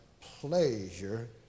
pleasure